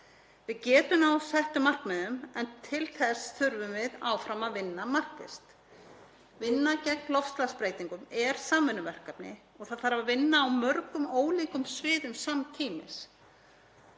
Við getum náð settum markmiðum en til þess þurfum við áfram að vinna markvisst. Vinnan gegn loftslagsbreytingum er samvinnuverkefni og það þarf að vinna á mörgum ólíkum sviðum samtímis.